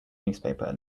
newspaper